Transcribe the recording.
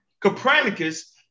Copernicus